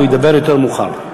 הוא ידבר יותר מאוחר.